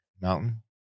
mountain